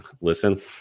listen